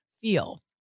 feel